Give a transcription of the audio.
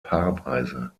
paarweise